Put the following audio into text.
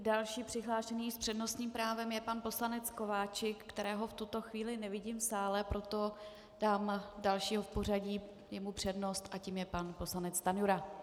Další přihlášený s přednostním právem je pan poslanec Kováčik, kterého v tuto chvíli nevidím v sále, proto dám dalšího v pořadí jemu přednost a tím je pan poslanec Stanjura.